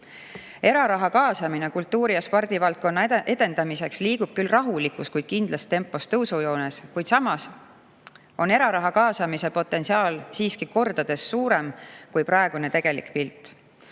Eraraha kaasamine kultuuri‑ ja spordivaldkonna edendamiseks liigub küll rahulikus, kuid kindlas tempos tõusujoones, kuid samas on eraraha kaasamise potentsiaal siiski kordades suurem kui praegune tegelik pilt.